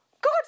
God